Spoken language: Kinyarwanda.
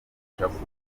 tukavuga